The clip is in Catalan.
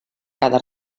cada